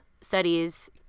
studies